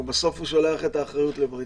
והוא בסוף שולח את האחריות לבריטניה.